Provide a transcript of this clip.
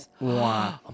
Wow